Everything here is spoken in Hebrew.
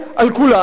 על כולם,